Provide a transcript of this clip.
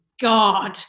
God